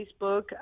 Facebook